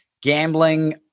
gambling